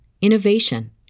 innovation